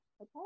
okay